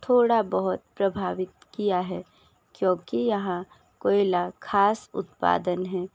थोड़ा बहुत प्रभावित किया है क्योकि यहाँ कोयला ख़ास उत्पादन हैं